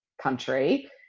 country